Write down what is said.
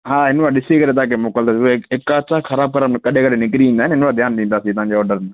हा हिन बार ॾिसी करे तव्हांखे मोकिलींदासी हिक अधि छा ख़राब ख़राब कॾहिं कॾहिं निकिरी ईंदा आहिनि हिन बार ध्यानु ॾींदासीं तव्हांजे आडर